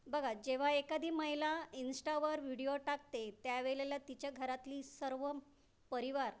बघा जेव्हा एखादी महिला इंस्टावर व्हिडीओ टाकते त्यावेळेला तिच्या घरातली सर्व परिवार